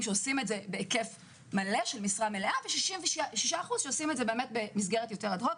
שעושים את זה בהיקף מלא של משרה מלאה ו-66% שעושים את זה במסגרת אד הוק.